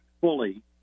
fully